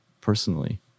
personally